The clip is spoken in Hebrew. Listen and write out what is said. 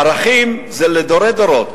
ערכים זה לדורי דורות.